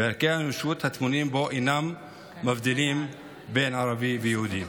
וערכי האנושיות הטמונים בו אינם מבדילים בין ערבי ויהודי.